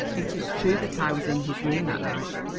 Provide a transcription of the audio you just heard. it is true that i was in his room that night,